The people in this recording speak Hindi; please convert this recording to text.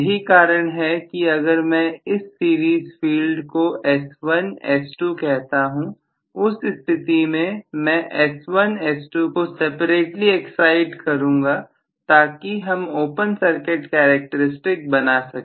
यही कारण है कि अगर मैं इस सीरीज़ फील्ड को S1 S2 कहता हूं उस स्थिति में मैं S1 S2 को सेपरेटली एक्साइड करूंगा ताकि हम ओपन सर्किट करैक्टर स्टिक बना सके